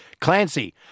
Clancy